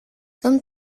tom